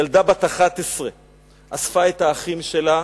ילדה בת 11 אספה את האחים שלה